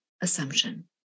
assumption